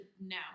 no